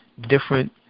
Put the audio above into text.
different